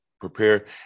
prepare